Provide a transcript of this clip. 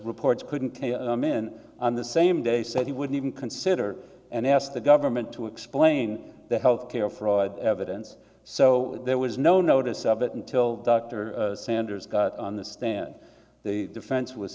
reports couldn't mint on the same day said he would even consider and ask the government to explain the health care fraud evidence so there was no notice of it until dr sanders got on the stand the defense was